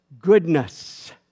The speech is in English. goodness